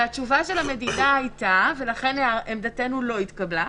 התשובה של המדינה הייתה ולכן עמדתנו לא התקבלה,